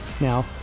Now